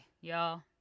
y'all